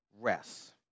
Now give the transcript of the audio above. Rest